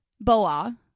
Boa